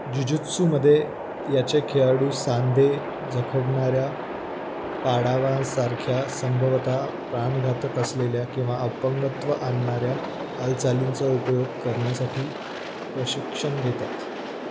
जुजुत्सुमध्ये याचे खेळाडू सांधे जखडणार्या पाडावांसारख्या संभवत प्राणघातक असलेल्या किंवा अपंगत्व आणणाऱ्या हालचालींचा उपयोग करण्यासाठी प्रशिक्षण घेतात